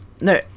no